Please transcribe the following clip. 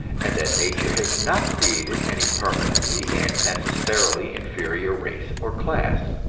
and that nature has not created any permanently and necessarily inferior race or class.